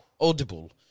Audible